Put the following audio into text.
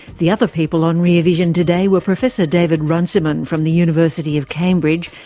the other people on rear vision today were professor david runciman from the university of cambridge,